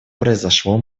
произошло